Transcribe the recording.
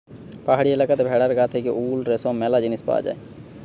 পাহাড়ি এলাকাতে ভেড়ার গা থেকে উল, রেশম ম্যালা জিনিস পায়